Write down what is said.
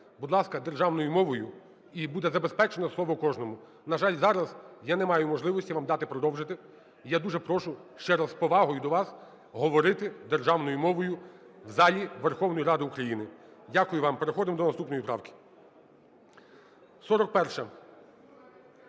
будь ласка, державною мовою, і буде забезпечено слово кожному. На жаль, зараз я не маю можливості вам дати продовжити. І я дуже прошу, ще раз з повагою до вас, говорити державною мовою в залі Верховної Ради України. Дякую вам. Переходимо до наступної правки. 41-а.